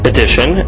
Edition